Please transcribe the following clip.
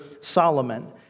Solomon